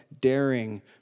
daring